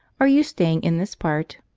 are you staying in this part?